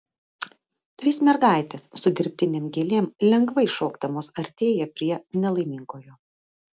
trys mergaitės su dirbtinėm gėlėm lengvai šokdamos artėja prie nelaimingojo